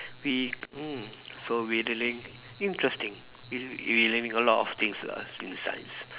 we mm so we learning interesting we l~ we learning a lot of things ah in science